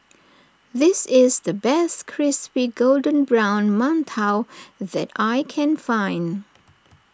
this is the best Crispy Golden Brown Mantou that I can find